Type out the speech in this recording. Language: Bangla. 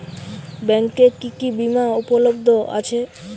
ব্যাংকে কি কি বিমা উপলব্ধ আছে?